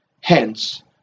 Hence